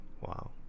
Wow